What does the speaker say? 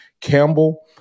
Campbell